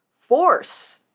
force